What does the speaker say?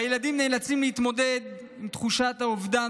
והילדים נאלצים להתמודד עם תחושת האובדן